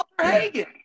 Hagen